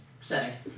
setting